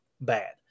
bad